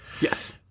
Yes